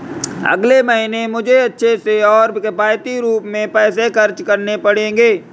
अगले महीने मुझे अच्छे से और किफायती रूप में पैसे खर्च करने पड़ेंगे